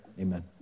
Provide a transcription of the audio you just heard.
amen